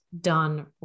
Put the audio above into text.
done